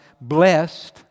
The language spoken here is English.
blessed